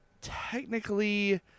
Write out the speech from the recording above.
technically